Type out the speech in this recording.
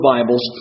Bibles